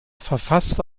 verfasste